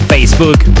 Facebook